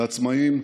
לעצמאים,